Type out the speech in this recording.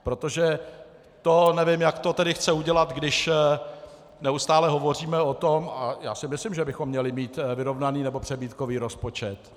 Protože to nevím, jak to tedy chce udělat, když neustále hovoříme o tom a já si myslím, že bychom měli mít vyrovnaný nebo přebytkový rozpočet.